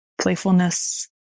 playfulness